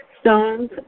stones